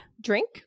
Drink